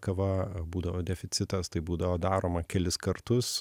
kava būdavo deficitas tai būdavo daroma kelis kartus